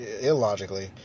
illogically